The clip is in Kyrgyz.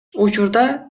учурда